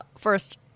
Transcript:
First